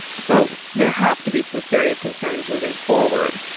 so there have to be some serious concerns moving forward.